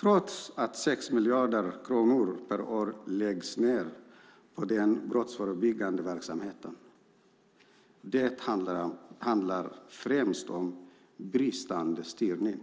trots att 6 miljarder kronor per år läggs ned på denna brottsförebyggande verksamhet. Det handlar främst om bristande styrning.